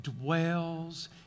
dwells